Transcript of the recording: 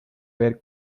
ver